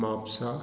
Mapusa